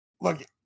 look